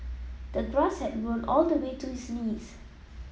the grass had grown all the way to his knees